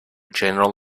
general